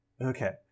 okay